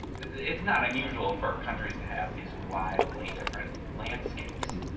it's not unusual for countries to have these wildly different landscapes.